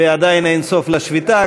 ועדיין אין סוף לשביתה,